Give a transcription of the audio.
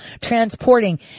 transporting